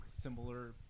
similar